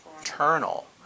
eternal